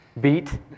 beat